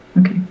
Okay